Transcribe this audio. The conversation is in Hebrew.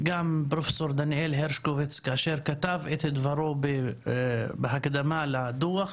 גם פרופ' דניאל הרשקוביץ כאשר כתב את דברו בהקדמה לדו"ח